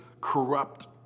corrupt